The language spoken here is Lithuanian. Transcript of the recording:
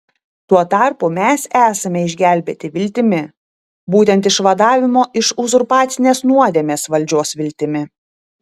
tuo tarpu mes esame išgelbėti viltimi būtent išvadavimo iš uzurpacinės nuodėmės valdžios viltimi